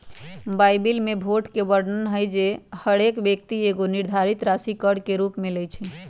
Bible में भोट के वर्णन हइ जे हरेक व्यक्ति एगो निर्धारित राशि कर के रूप में लेँइ छइ